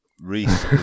Reese